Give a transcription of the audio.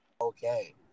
okay